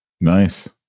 Nice